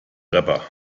rapper